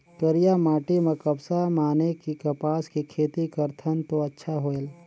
करिया माटी म कपसा माने कि कपास के खेती करथन तो अच्छा होयल?